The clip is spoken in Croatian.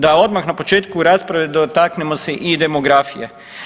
Da odmah na početku rasprave dotaknemo se i demografije.